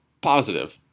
positive